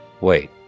Wait